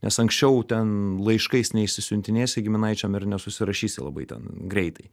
nes anksčiau ten laiškais neišsisiuntinėsi giminaičiam ir nesusirašysi labai ten greitai